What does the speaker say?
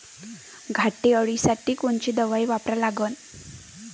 घाटे अळी साठी कोनची दवाई वापरा लागन?